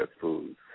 foods